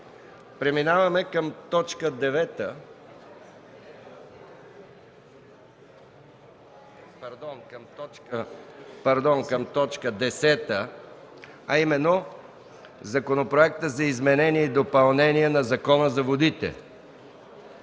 преминаваме към първо гласуване на Законопроекта за изменение и допълнение на Закона за водите.